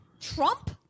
Trump